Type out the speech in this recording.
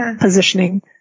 positioning